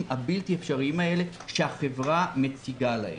הבלתי אפשריים האלה שהחברה מציגה להם.